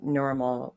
normal